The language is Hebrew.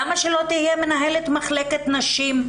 למה לא תהיה מנהלת מחלקת נשים?